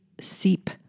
seep